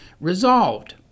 resolved